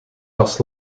was